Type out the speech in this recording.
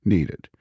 Needed